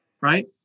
right